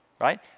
right